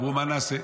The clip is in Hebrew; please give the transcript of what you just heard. אמרו: מה נעשה?